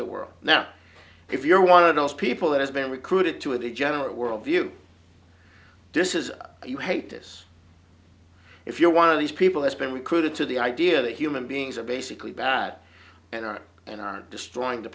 the world now if you're one of those people that has been recruited to of the general world view this is you hate this if you're one of these people that's been recruited to the idea that human beings are basically bad and are and aren't destroying the